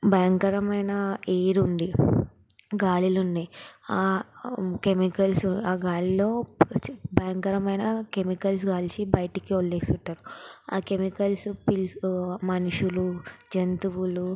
భయంకరమైన ఎయిర్ ఉంది గాలులు ఉన్నాయి ఆ కెమికల్సు ఆ గాలిలో భయంకరమైన కెమికల్స్ కలిసి బయటికి వదిలేస్తుంటారు ఆ కెమికల్సు పీల్చి మనుషులు జంతువులు